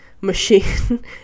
machine